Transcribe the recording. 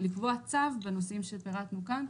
לקבוע צו בנושאים שפרטנו כאן,